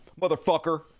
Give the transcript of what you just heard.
motherfucker